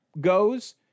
goes